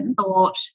thought